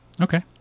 Okay